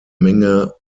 menge